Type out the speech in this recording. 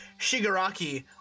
Shigaraki